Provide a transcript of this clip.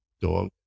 dog